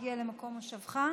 שתגיע למקום מושבך.